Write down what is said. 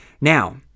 Now